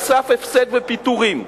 על סף הפסד ופיטורים,